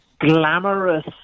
glamorous